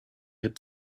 had